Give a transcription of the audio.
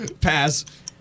Pass